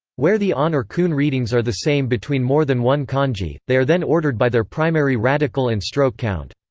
where the on or kun readings are the same between more than one kanji, they are then ordered by their primary radical and stroke count.